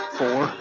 four